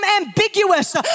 ambiguous